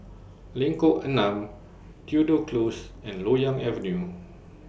Lengkok Enam Tudor Close and Loyang Avenue